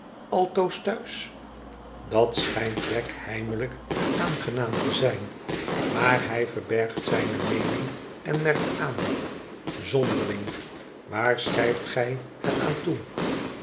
altoos thuis ii dat schijnt wegg heimelijk aangenaam te zijn maar hij verbergt zijne meening en merkt aan zonderling waar schrijft gij het aan toe